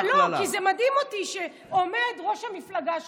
כי זה מדהים אותי שעומד ראש המפלגה שלך,